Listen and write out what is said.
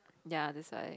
ya that's why